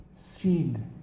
seed